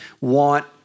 want